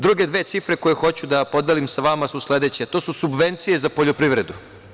Druge dve cifre koje hoću da podelim sa vama su sledeće, a to su subvencije za poljoprivredu.